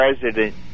President